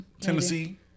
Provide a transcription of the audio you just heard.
Tennessee